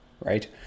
right